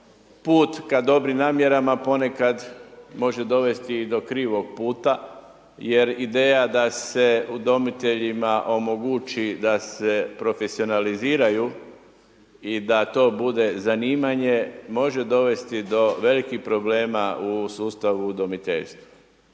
put ka dobrim namjerama ponekad može dovesti i do krivom puta, jer ideja da se udomiteljima omogući da se profesionaliziraju i da to bude zanimanje, može dovesti do velikih problema u sustavu udomiteljstva.